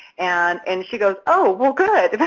and and she goes, oh, well good.